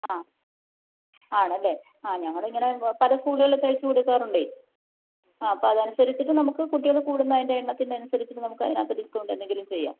ആ ആണല്ലെ ആ ഞങ്ങൾ ഇങ്ങനെ പല സ്കൂളുകളിൽ തയ്ച്ചു കൊടുക്കാറുണ്ട് ആ അപ്പം അതനുസരിച്ചിട്ട് നമുക്ക് കുട്ടികൾ കൂടുന്നതിൻ്റെ എണ്ണത്തിന് അനുസരിച്ച് നമുക്ക് അതിനകത്ത് ഡിസ്ക്കൗണ്ട് എന്തെങ്കിലും ചെയ്യാം